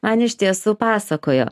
man iš tiesų pasakojo